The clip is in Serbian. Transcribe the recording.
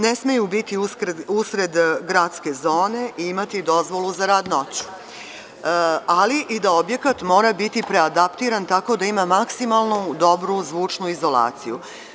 Ne smeju biti usred gradske zone i imati dozvolu za rad noću, ali i da objekat mora biti adaptiran tako da ima maksimalnu zvučnu izolaciju.